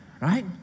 Right